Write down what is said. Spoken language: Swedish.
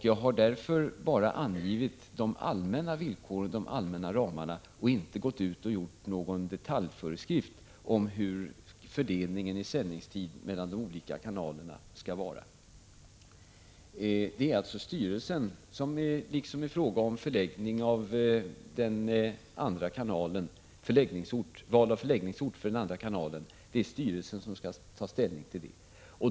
Jag har därför bara angivit de allmänna villkoren och de allmänna ramarna och inte gått ut och gjort någon detaljföreskrift om hur fördelningen i sändningstid mellan de olika kanalerna skall vara. Det är alltså styrelsen, som liksom i fråga om val av förläggningsort för den andra kanalen, skall ta ställning till det.